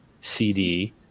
CD